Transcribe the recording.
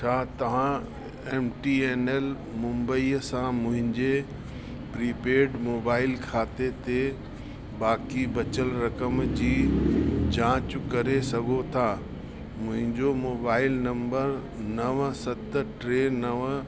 छा तव्हां मुंबईअ सां मुंहिंजे प्रिपेड मोबाइल खाते ते बाक़ी बचियलु रक़म जी जांच करे सघो था मुंहिंजो मोबाइल नंबर नव सत टे नव